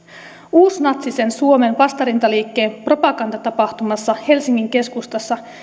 uusnatsistisen suomen vastarintaliikkeen propagandatapahtumassa helsingin keskustassa